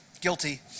Guilty